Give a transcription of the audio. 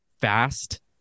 fast